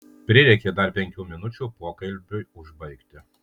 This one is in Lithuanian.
prireikė dar penkių minučių pokalbiui užbaigti